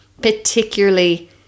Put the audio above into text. particularly